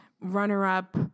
runner-up